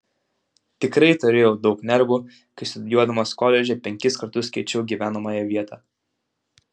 tikrai turėjau daug nervų kai studijuodamas koledže penkis kartus keičiau gyvenamąją vietą